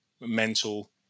mental